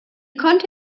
konnte